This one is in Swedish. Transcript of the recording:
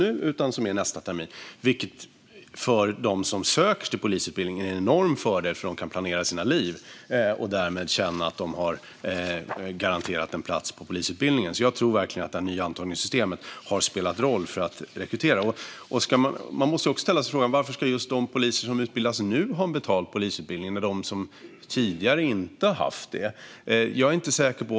Detta är en enorm fördel för dem som söker sig till polisutbildningen: De har garanterat en plats på polisutbildningen och kan därmed planera livet. Jag tror därför verkligen att det nya antagningssystemet har spelat roll för rekryteringen. Man måste också ställa sig frågan varför just de poliser som utbildar sig nu ska ha betald polisutbildning när de som har utbildat sig tidigare inte har haft det.